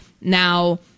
Now